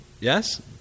Yes